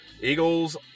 Eagles